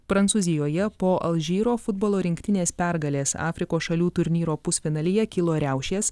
prancūzijoje po alžyro futbolo rinktinės pergalės afrikos šalių turnyro pusfinalyje kilo riaušės